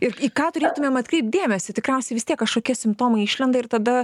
ir į ką turėtumėm atkreipt dėmesį tikriausiai vis tiek kažkokie simptomai išlenda ir tada